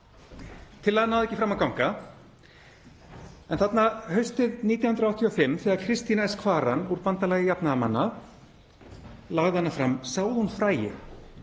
Tillaga náði ekki fram að ganga, en haustið 1985 þegar Kristín S. Kvaran úr Bandalagi jafnaðarmanna lagði hana fram sáði hún fræi